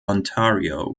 ontario